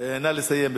נא לסיים.